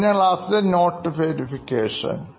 കഴിഞ്ഞ ക്ലാസ്സിലെ note verification